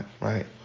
Right